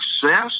success